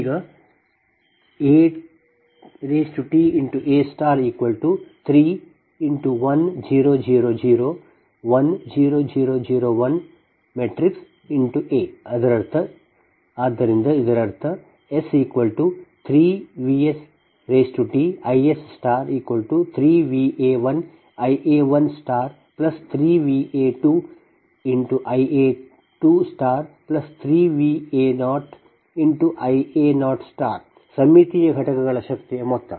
ಈಗ ATA31 0 0 0 1 0 0 0 1 A ಆದ್ದರಿಂದ ಇದರರ್ಥ S3VsTIs3 Va1Ia13Va2 Ia23Va0Ia0 ಸಮ್ಮಿತೀಯ ಘಟಕಗಳ ಶಕ್ತಿಯ ಮೊತ್ತ